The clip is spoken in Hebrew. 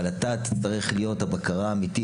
אבל אתה תצטרך להיות הבקרה האמיתית,